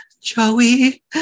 Joey